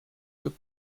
took